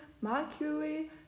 mercury